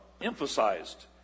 emphasized